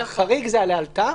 החריג זה ה"לאלתר".